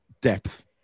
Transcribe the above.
depth